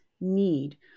need